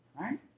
Right